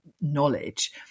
knowledge